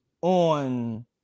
on